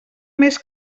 més